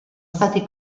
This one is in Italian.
stati